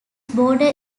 border